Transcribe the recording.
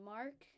Mark